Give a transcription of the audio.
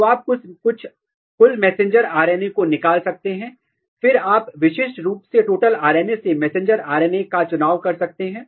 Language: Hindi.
तो आप कुल मैसेंजर आर एन ए को निकाल सकते हैं और फिर आप विशिष्ट रूप से टोटल RNA से मैसेंजर आर एन ए का चुनाव कर सकते हैं